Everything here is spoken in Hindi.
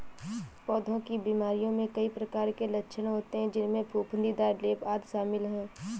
पौधों की बीमारियों में कई प्रकार के लक्षण होते हैं, जिनमें फफूंदीदार लेप, आदि शामिल हैं